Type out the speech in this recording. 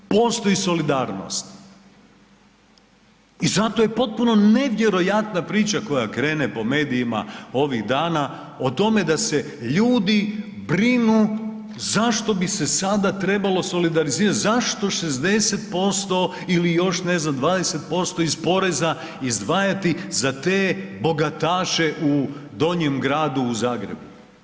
Postoji solidarnost i zato je potpuno nevjerojatna priča koja krene po medijima ovih dana o tome da se ljudi brinu zašto bi se sada trebalo solidarizirati, zašto 60% ili još ne znam 20% iz poreza izdvajati za te bogataše u Donjem gradu u Zagrebu.